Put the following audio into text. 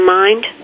mind